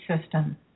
system